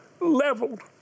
Leveled